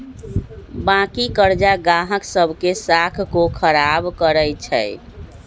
बाँकी करजा गाहक सभ के साख को खराब करइ छै